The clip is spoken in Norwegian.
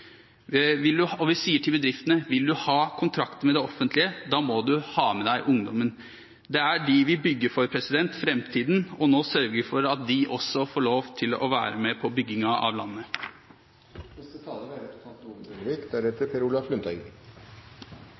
Vil du ha kontrakt med det offentlige, må du ha med deg ungdommen. Det er dem vi bygger framtiden for, og nå sørger vi for at de også får lov til å være med på byggingen av